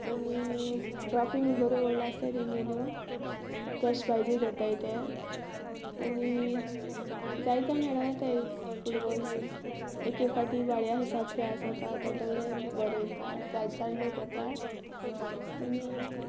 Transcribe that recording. आनी ट्रॉफी बी बऱ्यो व्हडल्यो आसतात तांगेल्यो कॅश प्रायजीय दवरता ते आनी जायते जाण खेळपा येतात फुटबॉल बीन एक एक फावटी वाड्या हिसाब से आसता तेन्नाय बरो येता जायते जाण लोक येता आनी